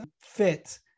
fit